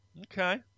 Okay